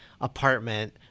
apartment